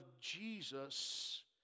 Jesus